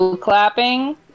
clapping